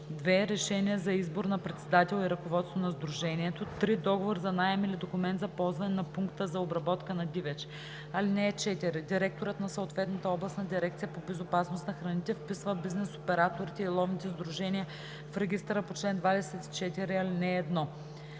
2. решение за избор на председател и ръководство на сдружението; 3. договор за наем или документ за ползване на пункта за обработка на дивеч. (4) Директорът на съответната областна дирекция по безопасност на храните вписва бизнес операторите и ловните сдружения в регистъра по чл. 24, ал. 1: 1.